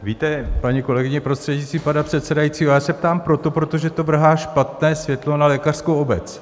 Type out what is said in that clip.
Víte, paní kolegyně, prostřednictvím pana předsedajícího, já se ptám proto, protože to vrhá špatné světlo na lékařskou obec.